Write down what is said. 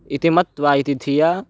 इति मत्वा इति धिया